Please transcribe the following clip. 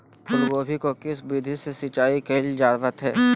फूलगोभी को किस विधि से सिंचाई कईल जावत हैं?